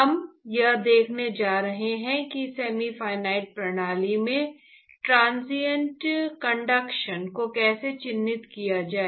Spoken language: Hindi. हम यह देखने जा रहे हैं कि सेमी इनफिनिट प्रणाली में ट्रांसिएंट कंडक्शन को कैसे चिन्हित किया जाए